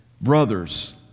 Brothers